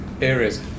areas